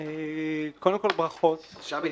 אני מנכ"ל